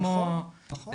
נכון.